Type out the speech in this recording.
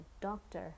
doctor